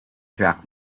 track